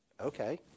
Okay